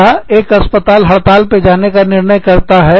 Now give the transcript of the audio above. या एक अस्पताल हड़ताल पर जाने का निर्णय करता है